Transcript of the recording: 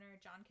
john